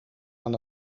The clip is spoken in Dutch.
aan